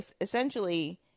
essentially